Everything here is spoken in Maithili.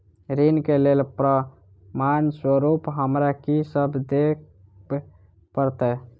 ऋण केँ लेल प्रमाण स्वरूप हमरा की सब देब पड़तय?